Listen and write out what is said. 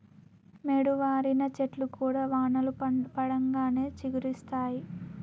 మోడువారిన చెట్లు కూడా వానలు పడంగానే చిగురిస్తయి